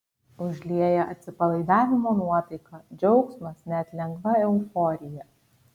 užlieja atsipalaidavimo nuotaika džiaugsmas net lengva euforija